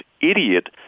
idiot